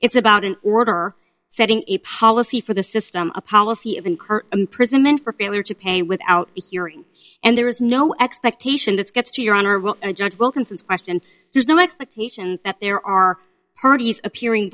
it's about an order setting a policy for the system a policy of incur imprisonment for failure to pay without a hearing and there is no expectation that gets to your honorable judge wilkinsons question there's no expectation that there are parties appearing